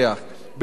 בין היתר,